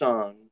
Son